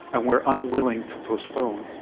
and we're unwilling to postpone.